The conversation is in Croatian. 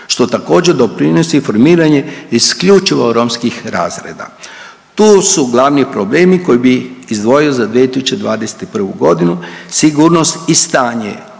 što također doprinosi informiranje isključivo romskih razreda. Tu su glavni problemi koji bi izdvojio za 2021.g. sigurnost i stanje